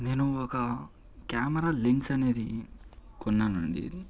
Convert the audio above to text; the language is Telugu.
నేను ఒక కెమెరా లెన్స్ అనేది కొన్నానండి